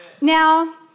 Now